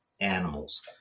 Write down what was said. animals